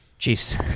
Chiefs